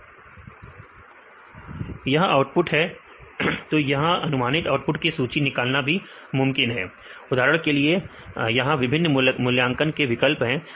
यह आउटपुट है तो यहां अनुमानित आउटपुट की सूची निकालना भी मुमकिन है उदाहरण के लिए यहां विभिन्न मूल्यांकन के विकल्प हैं